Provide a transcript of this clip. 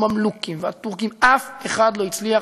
הממלוכים והטורקים, אף אחד לא הצליח.